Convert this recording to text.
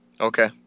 Okay